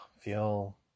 Feel